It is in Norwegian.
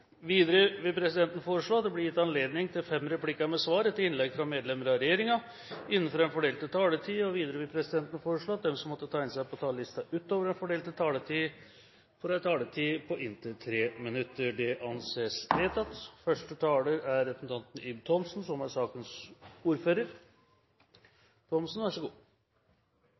Videre vil presidenten foreslå at det blir gitt anledning til tre replikker med svar etter innlegg fra medlemmer av regjeringen innenfor den fordelte taletid. Videre vil presidenten foreslå at de som måtte tegne seg på talerlisten utover den fordelte taletid, får en taletid på inntil 3 minutter. – Det anses vedtatt.